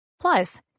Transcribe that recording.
Plus